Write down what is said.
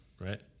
right